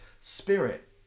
Spirit